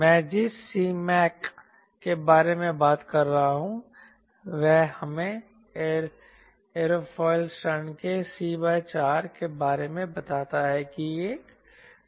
मैं जिस Cmac के बारे में बात कर रहा हूं वह हमें एयरोफिल क्षण के c 4 के बारे में बताता है कि एक संदर्भ बिंदु होगा